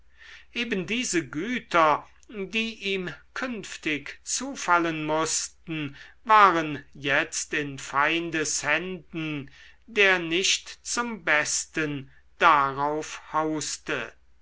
eben diese güter die ihm künftig zufallen mußten waren jetzt in feindes händen der nicht zum besten darauf hauste